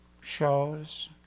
shows